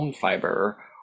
fiber